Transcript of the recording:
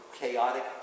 chaotic